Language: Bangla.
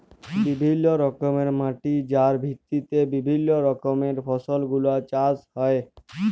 বিভিল্য রকমের মাটি যার ভিত্তিতে বিভিল্য রকমের ফসল গুলা চাষ হ্যয়ে